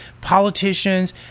politicians